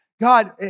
God